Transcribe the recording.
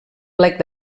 plec